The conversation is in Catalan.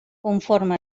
conformen